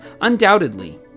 Undoubtedly